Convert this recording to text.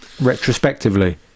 Retrospectively